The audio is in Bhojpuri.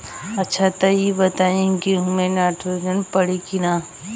अच्छा त ई बताईं गेहूँ मे नाइट्रोजन पड़ी कि ना?